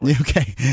Okay